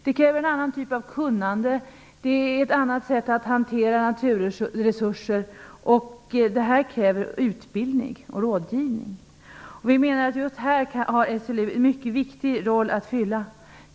Det kräver en annan sorts kunnande och ett annat sätt att hantera naturresurser. Det kräver utbildning och rådgivning. Just där har SLU en mycket viktig roll att fylla.